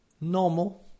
normal